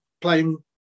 playing